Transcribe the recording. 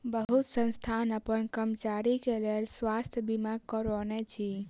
बहुत संस्थान अपन कर्मचारी के लेल स्वास्थ बीमा करौने अछि